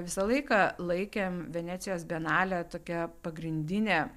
visą laiką laikėm venecijos bienalę tokia pagrindine